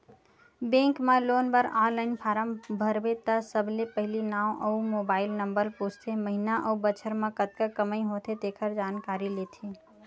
bank म loan बर online form भरबे त सबले पहिली नांव अउ मोबाईल नंबर पूछथे, महिना अउ बछर म कतका कमई होथे तेखर जानकारी लेथे